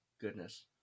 Goodness